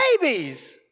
babies